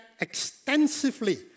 extensively